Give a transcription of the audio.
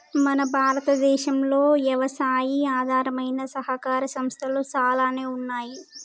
మన భారతదేసంలో యవసాయి ఆధారమైన సహకార సంస్థలు సాలానే ఉన్నాయి